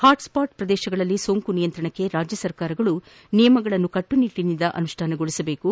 hotspot ಪ್ರದೇಶಗಳಲ್ಲಿ ಸೋಂಕು ನಿಯಂತ್ರಣಕ್ಕೆ ರಾಜ್ಯ ಸರ್ಕಾರಗಳು ನಿಯಮಗಳನ್ನು ಕಟ್ಟುನಿಟ್ಟನಿಂದ ಅನುಷ್ಠಾನಗೊಳಿಸಬೇಕು